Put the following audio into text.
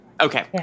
Okay